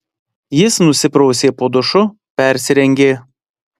jis nusiprausė po dušu persirengė